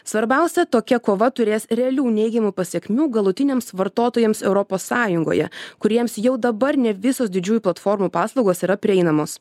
svarbiausia tokia kova turės realių neigiamų pasekmių galutiniams vartotojams europos sąjungoje kuriems jau dabar ne visos didžiųjų platformų paslaugos yra prieinamos